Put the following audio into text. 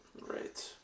Right